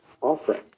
offering